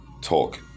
talk